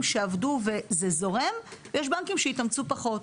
שעבדו וזה זורם וישנם בנקים שהתאמצו פחות,